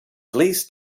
least